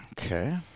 Okay